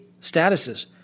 statuses